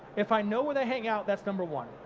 if i know where they hang out that's number one.